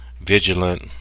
vigilant